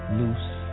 loose